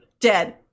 dead